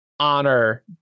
Honor